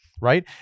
right